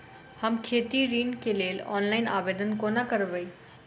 हम खेती ऋण केँ लेल ऑनलाइन आवेदन कोना करबै?